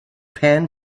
pan